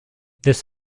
this